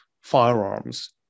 firearms